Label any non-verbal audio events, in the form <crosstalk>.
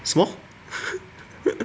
什么 <laughs>